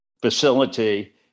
facility